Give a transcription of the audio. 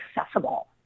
accessible